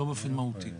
לא באופן מהותי.